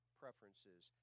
preferences